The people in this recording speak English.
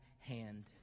hand